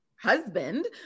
husband